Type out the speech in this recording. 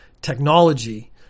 technology